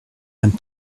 and